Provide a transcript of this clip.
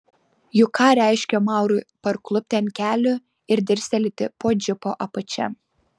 juk ką reiškė maurui parklupti ant kelių ir dirstelėti po džipo apačia